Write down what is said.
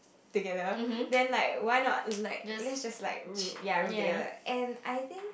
together then like why not like let's just like chill~ ya room together and I think